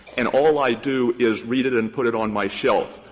and all i do is read it and put it on my shelf,